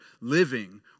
living